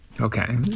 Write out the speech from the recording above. Okay